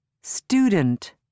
student